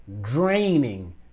draining